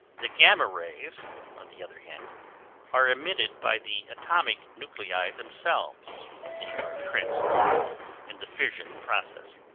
the gamma rays on the other hand are emitted by the atomic nuclei themselves when they are transformed in the fission process.